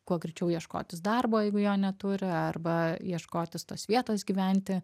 kuo greičiau ieškotis darbo jeigu jo neturi arba ieškotis tos vietos gyventi